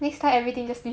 t